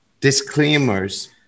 disclaimers